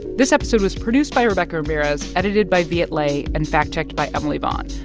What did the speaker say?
this episode was produced by rebecca ramirez, edited by viet le and fact-checked by emily vaughn.